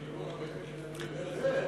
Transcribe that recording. ומרצ, בהחלט.